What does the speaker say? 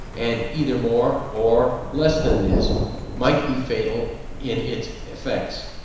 and either more, or, less than this might be fatal in its effects.